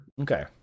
okay